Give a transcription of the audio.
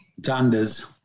Dundas